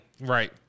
Right